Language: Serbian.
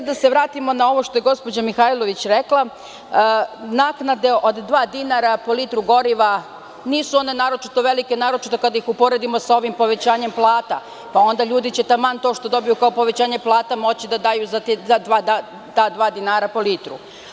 Da se vratimo na ovo što je gospođa Mihajlović rekla, naknade od dva dinar po litru goriva nisu one naročito velike, naročito kada ih uporedimo sa ovim povećanjem plata, onda će ljudi taman to što dobiju kao povećanje plata moći da daju za ta dva dinara po litru.